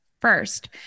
First